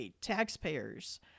taxpayers